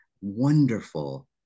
wonderful